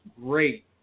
great